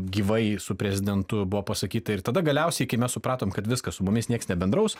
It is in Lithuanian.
gyvai su prezidentu buvo pasakyta ir tada galiausiai kai mes supratom kad viskas su mumis nieks nebendraus